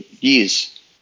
years